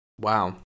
Wow